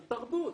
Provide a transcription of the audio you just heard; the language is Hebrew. על תרבות